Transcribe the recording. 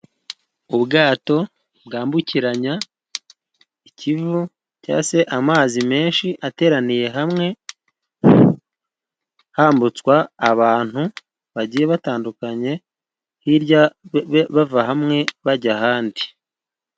Ubwato bwambukiranya ikivu cyangwa se amazi menshi ateraniye hamwe. Hambutswa abantu bagiye batandukanye, hirya bava hamwe bajya ahandi.